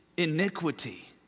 iniquity